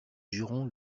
jurons